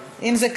אם זה ככה,